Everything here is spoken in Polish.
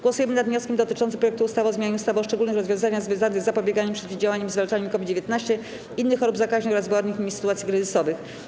Głosujemy nad wnioskiem dotyczącym projektu ustawy o zmianie ustawy o szczególnych rozwiązaniach związanych z zapobieganiem, przeciwdziałaniem i zwalczaniem COVID-19, innych chorób zakaźnych oraz wywołanych nimi sytuacji kryzysowych.